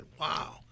wow